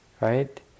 right